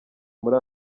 muri